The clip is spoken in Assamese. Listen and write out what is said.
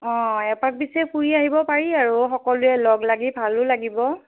অঁ এপাক পিছে ফুৰি আহিব পাৰি আৰু সকলোৱে লগ লাগি ভালো লাগিব